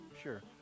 sure